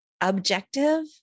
objective